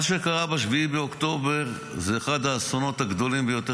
מה שקרה פה ב-7 באוקטובר זה אחד האסונות הגדולים ביותר